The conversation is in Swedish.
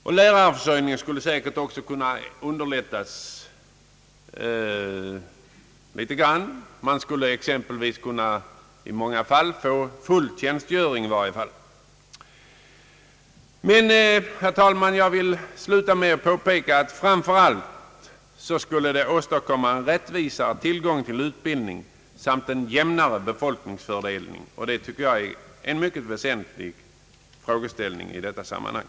Också lärarförsörjningen skulle därigenom «säkerligen kunna underlättas något — exempelvis kunde många lärare därigenom erhålla möjlighet till full tjänstgöring. Herr talman! Jag vill sluta mitt anförande med att påpeka att genomförandet av förslaget framför allt skulle åstadkomma en mera rättvis tillgång till utbildningsmöjligheter samt bidraga till en jämnare befolkningsfördelning. Detta tycker jag också är en väsentlig frågeställning i detta sammanhang.